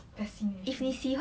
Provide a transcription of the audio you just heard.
fascination